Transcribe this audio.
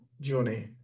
journey